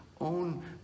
own